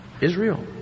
Israel